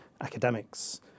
academics